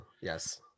Yes